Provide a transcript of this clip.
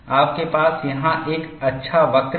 आपके पास यहाँ एक अच्छा वक्र है